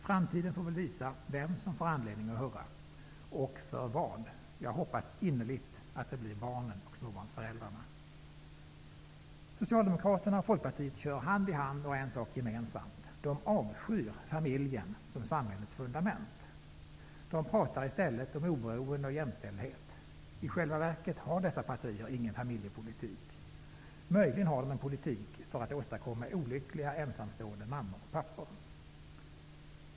Framtiden får väl visa vem som har anledning att hurra -- och för vad. Jag hoppas innerligt att det blir barnen och småbarnsföräldrarna. Socialdemokraterna och Folkpartiet kör hand i hand och har en sak gemensamt, nämligen att de avskyr familjen som samhällets fundament. De pratar i stället om oberoende och jämställdhet. I själva verket har dessa partier ingen familjepolitik, möjligen har de en politik för att åstadkomma olyckliga ensamstående mammor och pappor.